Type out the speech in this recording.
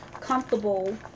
comfortable